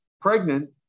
pregnant